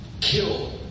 kill